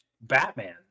Batman